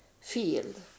field